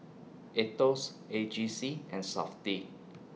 Aetos A G C and Safti